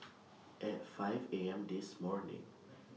At five A M This morning